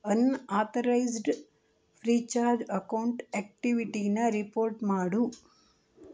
unauthorised FreeCharge account ಆಕ್ಟಿವಿಟಿನ report ಮಾಡು